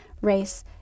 race